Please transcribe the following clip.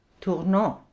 Tournant